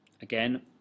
again